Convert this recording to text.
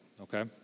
okay